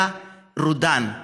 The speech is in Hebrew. היה רודן,